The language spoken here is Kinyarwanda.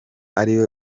ariwe